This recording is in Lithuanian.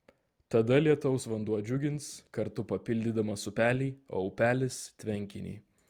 tada lietaus vanduo džiugins kartu papildydamas upelį o upelis tvenkinį